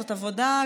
זאת עבודה,